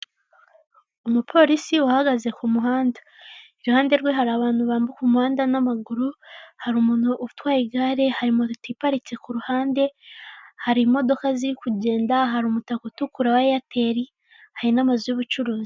Umupolisi uhagaze ku muhanda. Iruhande rwe hari abantu bambuka umuhanda n'amaguru hari umuntu utwaye igare, hari moto iparitse ku ruhande, hari imodoka ziri kugenda, hari umutakaka utukura wa eyateri, hari n'amazu y'ubucuruzi.